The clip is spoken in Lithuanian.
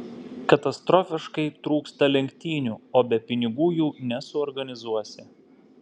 katastrofiškai trūksta lenktynių o be pinigų jų nesuorganizuosi